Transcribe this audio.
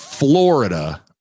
florida